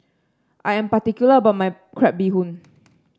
I am particular about my Crab Bee Hoon